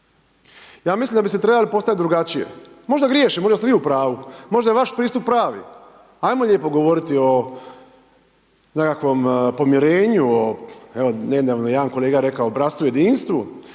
Ja mislim da bi se trebali postaviti drugačije, možda griješim, možda ste vi u pravu, možda je vaš pristup pravi, ajmo lijepo govoriti o nekakvom pomirenju, o, evo nedavno je jedan kolega rekao bratstvu jedinstvu,